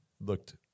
looked